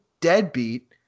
deadbeat